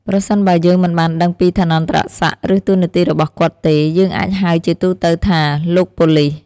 ប្រសិនបើយើងមិនបានដឹងពីឋានន្តរសក្ដិ ឬតួនាទីរបស់គាត់ទេ យើងអាចហៅជាទូទៅថា " លោកប៉ូលិស"។